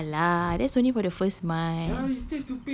ya lah that's only for the first month